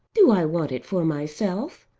do i want it for myself?